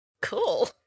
cool